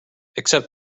except